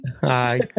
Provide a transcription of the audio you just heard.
Hi